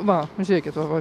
va žiūrėkit va va